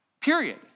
period